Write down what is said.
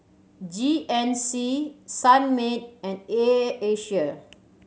G N C Sunmaid and Air Asia